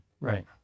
Right